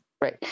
right